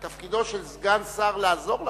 תפקידו של סגן שר לעזור לשר.